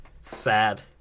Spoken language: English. Sad